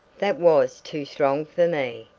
that was too strong for me,